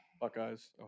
Buckeyes